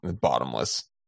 bottomless